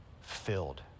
filled